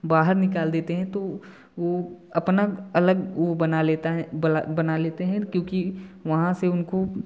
बाहर निकाल देते हैं तो वो अपना अलग वह बना लेता है बना लेते हैं क्योंकि वहाँ से उनको